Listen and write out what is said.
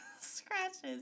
scratches